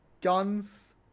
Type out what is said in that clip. guns